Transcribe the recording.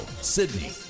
Sydney